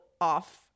off